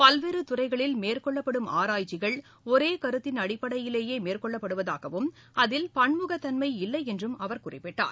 பல்வேறு துறைகளில் மேற்கொள்ளப்படும் ஆராய்ச்சிகள் ஒரே கருத்தின் அடிப்படையிலேயே மேற்கொள்ளப்படுவதாகவும் அதில் பன்முகத்தன்மை இல்லை என்றும் அவர் குறிப்பிட்டார்